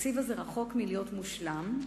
התקציב הזה רחוק מלהיות מושלם,